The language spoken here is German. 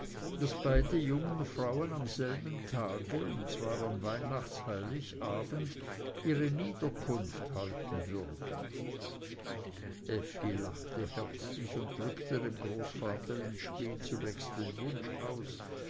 daß beide junge frauen am selben tage und zwar am weihnachtsheiligabend ihre niederkunft halten würden effi lachte herzlich und drückte dem großvater in spe zunächst den wunsch aus